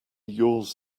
yours